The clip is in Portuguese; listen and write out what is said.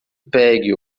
pegue